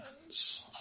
hands